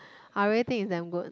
I really think is damn good